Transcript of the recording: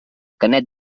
canet